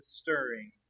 stirring